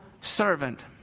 servant